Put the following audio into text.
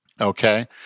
okay